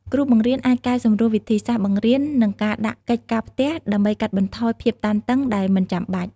គ្រូបង្រៀនអាចកែសម្រួលវិធីសាស្ត្របង្រៀននិងការដាក់កិច្ចការផ្ទះដើម្បីកាត់បន្ថយភាពតានតឹងដែលមិនចាំបាច់។